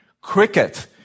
cricket